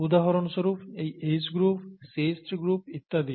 উদাহরণস্বরূপ এই H group CH3 group ইত্যাদি